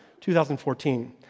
2014